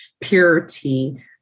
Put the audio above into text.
purity